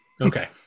Okay